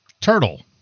Turtle